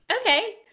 okay